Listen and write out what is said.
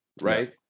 right